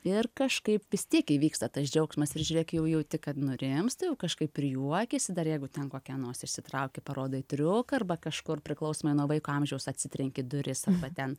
ir kažkaip vis tiek įvyksta tas džiaugsmas ir žiūrėk jau jauti kad nurimsta jau kažkaip ir juokiasi dar jeigu ten kokia nors išsitraukė parodai triuką arba kažkur priklausomai nuo vaiko amžiaus atsitrenki į duris va ten